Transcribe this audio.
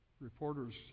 reporters